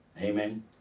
Amen